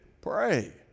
Pray